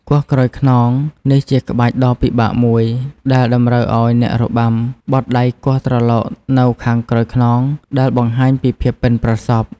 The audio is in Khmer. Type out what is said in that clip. គោះក្រោយខ្នង នេះជាក្បាច់ដ៏ពិបាកមួយ ដែលតម្រូវឱ្យអ្នករបាំបត់ដៃគោះត្រឡោកនៅខាងក្រោយខ្នង ដែលបង្ហាញពីភាពប៉ិនប្រសប់។